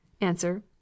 Answer